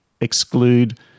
exclude